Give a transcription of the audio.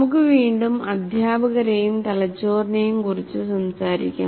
നമുക്ക് വീണ്ടും അധ്യാപകരെയും തലച്ചോറിനെയും കുറിച്ച് സംസാരിക്കാം